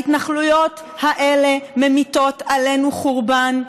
ההתנחלויות האלה ממיטות עלינו חורבן,